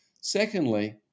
Secondly